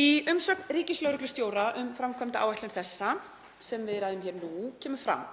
Í umsögn ríkislögreglustjóra um framkvæmdaáætlun þessa sem við ræðum nú kemur fram